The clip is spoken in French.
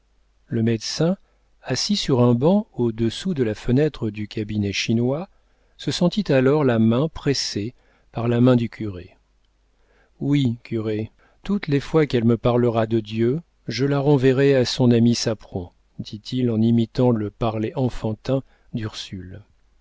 le médecin assis sur un banc au-dessous de la fenêtre du cabinet chinois se sentit alors la main pressée par la main du curé oui curé toutes les fois qu'elle me parlera de dieu je la renverrai à son ami sapron dit-il en imitant le parler enfantin d'ursule